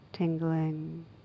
tingling